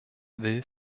will